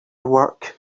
work